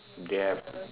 they have